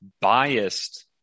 biased